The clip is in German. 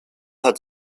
hat